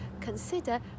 consider